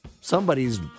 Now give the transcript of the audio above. somebody's